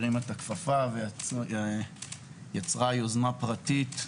הרימה גם את הכפפה ויצרה יוזמה פרטית.